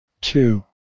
two